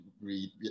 read